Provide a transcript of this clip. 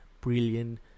brilliant